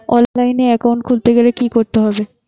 অনলাইনে একাউন্ট খুলতে হলে কি করতে হবে?